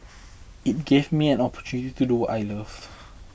it gave me an opportunity to do what I love